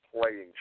playing